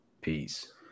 Peace